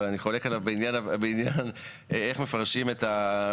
אבל אני חולק עליו בעניין הפרשנות לפטור